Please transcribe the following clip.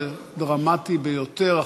זה דרמטי ביותר,